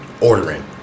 ordering